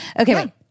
Okay